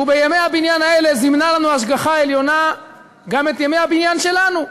ובימי הבניין האלה זימנה לנו ההשגחה העליונה גם את ימי הבניין שלנו,